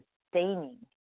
sustaining